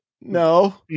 no